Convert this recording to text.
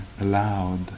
allowed